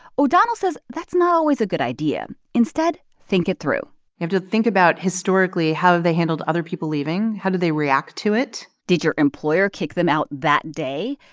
o'donnell says that's not always a good idea. instead, think it through you have to think about historically how they handled other people leaving. how did they react to it? did your employer kick them out that day?